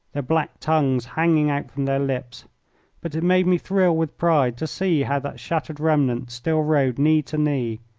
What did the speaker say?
their black tongues hanging out from their lips but it made me thrill with pride to see how that shattered remnant still rode knee to knee,